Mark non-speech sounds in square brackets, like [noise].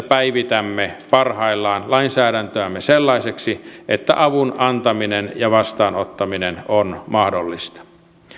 [unintelligible] päivitämme parhaillaan lainsäädäntöämme sellaiseksi että avun antaminen ja vastaanottaminen on mahdollista